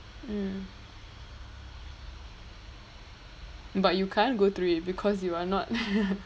mm but you can't go through it because you are not